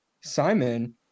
Simon